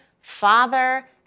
father